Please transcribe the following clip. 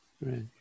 Right